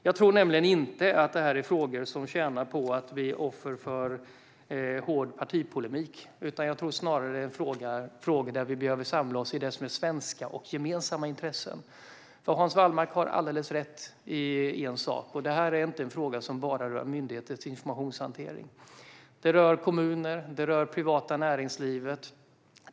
Jag tror nämligen inte att detta är frågor som tjänar på att bli offer för hård partipolemik, utan jag tror snarare att detta är frågor där vi behöver samla oss i det som är svenska och gemensamma intressen. Hans Wallmark har nämligen alldeles rätt i en sak, och det är att detta inte är en fråga som bara rör myndigheters informationshantering. Det rör kommuner, och det rör det privata näringslivet.